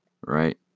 right